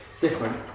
different